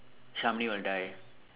Shamini will die